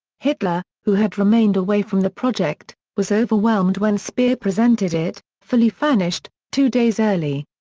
hitler, who had remained away from the project, was overwhelmed when speer presented it, fully furnished, two days early.